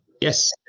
Yes